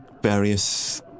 various